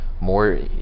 more